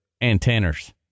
antennas